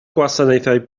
gwasanaethau